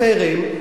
החרם,